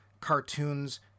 cartoons